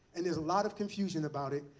and there's a lot of confusion about it.